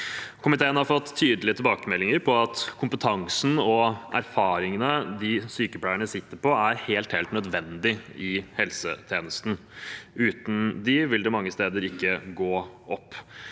Komiteen har fått tydelige tilbakemeldinger om at kompetansen og erfaringene de sykepleierne sitter på, er helt, helt nødvendig i helsetjenesten. Uten dem vil det mange steder ikke gå opp.